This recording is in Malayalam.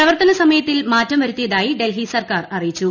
പ്രവർത്തന സമയത്തിൽ മാറ്റം വരുത്തിയതായി ഡൽഹി സർക്കാർ അറിയിച്ചു